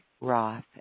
Roth